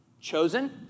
Chosen